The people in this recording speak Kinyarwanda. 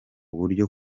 buryo